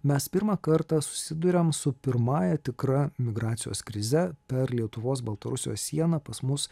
mes pirmą kartą susiduriam su pirmąja tikra migracijos krize per lietuvos baltarusijos sieną pas mus